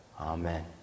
amen